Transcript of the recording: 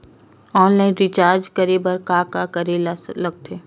Online recharge करे बर का का करे ल लगथे?